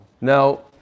Now